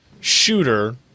shooter